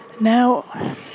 Now